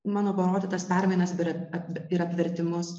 mano parodytas permainas ir ir apvertimus